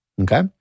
Okay